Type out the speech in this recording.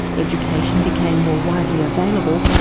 education became more widely available,